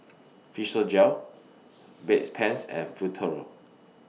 Physiogel Bedpans and Futuro